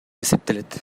эсептелет